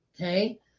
Okay